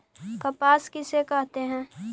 कपास किसे कहते हैं?